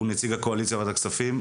הוא נציג הקואליציה בוועדת הכספים,